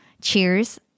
Cheers